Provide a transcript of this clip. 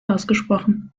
ausgesprochen